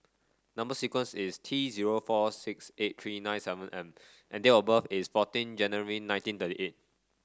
number sequence is T zero four six eight three nine seven M and date of birth is fourteen January nineteen thirty eight